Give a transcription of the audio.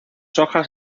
hojas